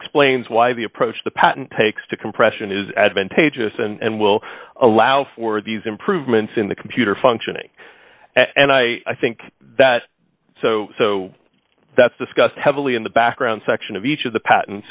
explains why the approach the patent takes to compression is advantageous and will allow for these improvements in the computer functioning and i i think that so so that's discussed heavily in the background section of each of the patents